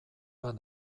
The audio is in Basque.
bat